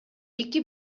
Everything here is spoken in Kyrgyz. эки